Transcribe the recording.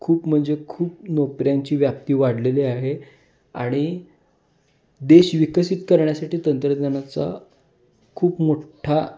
खूप म्हणजे खूप नोकऱ्यांची व्याप्ती वाढलेली आहे आणि देश विकसित करण्यासाठी तंत्रज्ञानाचा खूप मोठ्ठा